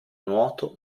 nuoto